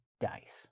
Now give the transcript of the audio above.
dice